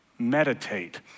meditate